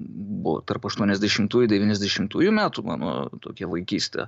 buvo tarp aštuoniasdešimtųjų devyniasdešimtųjų metų mano tokia vaikystė